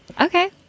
okay